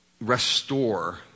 restore